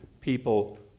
people